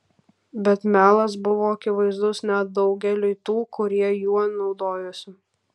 bet melas buvo akivaizdus net daugeliui tų kurie juo naudojosi